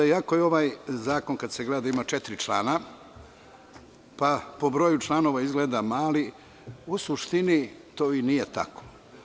Iako ovaj zakon, kada se gleda, ima četiri člana, pa po broju članova izgleda mali, u suštini to i nije tako.